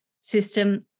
system